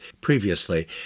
previously